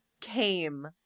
came